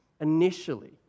initially